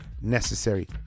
necessary